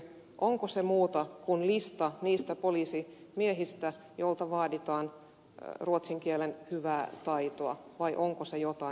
onko se muuta kuin lista niistä poliisimiehistä joilta vaaditaan ruotsin kielen hyvää taitoa vai onko se jotain muuta